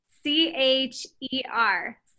C-H-E-R